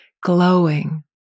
glowing